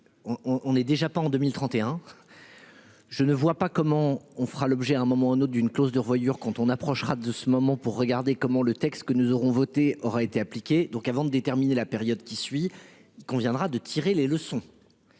On on est déjà pas en 2031. Je ne vois pas comment on fera l'objet à un moment ou un autre d'une clause de revoyure quand on approchera de ce moment pour regarder comment le texte que nous aurons voté aura été appliqué, donc avant de déterminer la période qui suit. Il conviendra de tirer les leçons.